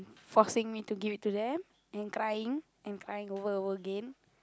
forcing me to give it to them and crying and crying over and over again